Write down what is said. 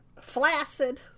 flaccid